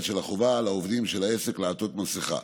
של החובה על העובדים של העסק לעטות מסכה,